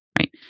right